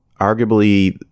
arguably